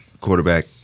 quarterback